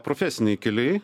profesiniai keliai